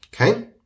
Okay